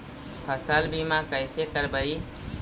फसल बीमा कैसे करबइ?